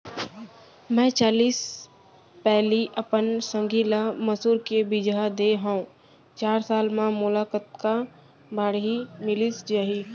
मैं चालीस पैली अपन संगी ल मसूर के बीजहा दे हव चार साल म मोला कतका बाड़ही मिलिस जाही?